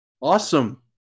Awesome